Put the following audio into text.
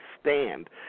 stand